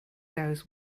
goes